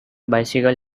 bicycle